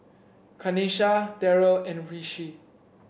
Kanesha Darryl and Rishi